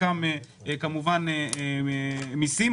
חלקם כמובן על מסים,